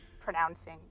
pronouncing